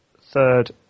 third